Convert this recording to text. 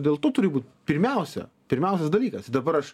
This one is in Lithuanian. dėl to turi būt pirmiausia pirmiausias dalykas dabar aš